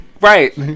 right